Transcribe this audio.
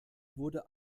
wurde